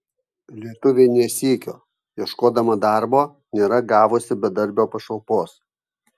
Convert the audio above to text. lietuvė ne sykio ieškodama darbo nėra gavusi bedarbio pašalpos